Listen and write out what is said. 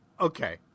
Okay